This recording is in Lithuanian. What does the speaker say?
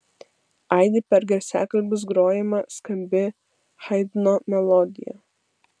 aidi per garsiakalbius grojama skambi haidno melodija